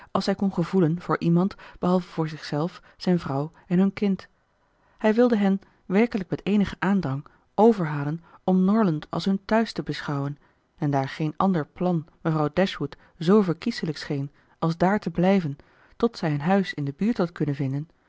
als hij kon gevoelen voor iemand behalve zichzelf zijn vrouw en hun kind hij wilde hen werkelijk met eenigen aandrang overhalen om norland als hun tehuis te beschouwen en daar geen ander plan mevrouw dashwood zoo verkieselijk scheen als daar te blijven tot zij een huis in de buurt had kunnen vinden